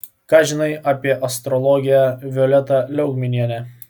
ką žinai apie astrologę violetą liaugminienę